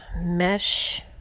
mesh